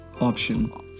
option